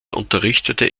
unterrichtete